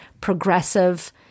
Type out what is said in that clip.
progressive